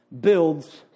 builds